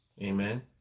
Amen